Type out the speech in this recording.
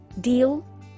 Deal